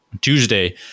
Tuesday